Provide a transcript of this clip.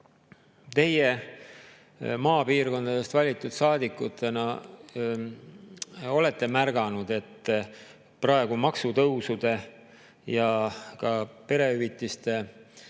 teie maapiirkondadest valitud saadikuna olete märganud, et praegu maksutõusude ja ka perehüvitiste